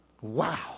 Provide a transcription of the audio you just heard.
Wow